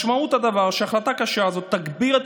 משמעות הדבר הוא שההחלטה הקשה הזאת תגביר את